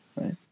right